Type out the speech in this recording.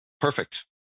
Perfect